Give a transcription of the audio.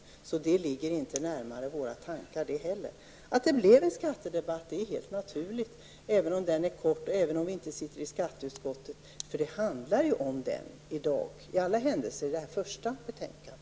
Det ligger alltså inte heller närmare våra tankar. Att det blev en skattedebatt är helt naturligt, även om den är kort och även om vi inte sitter i skatteutskottet. Det handlar ju om skatten i dag, i alla händelser i det här första betänkandet.